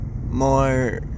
more